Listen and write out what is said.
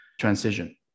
transition